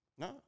No